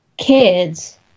kids